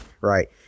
right